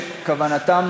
חמש דקות שלך.